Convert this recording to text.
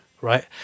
right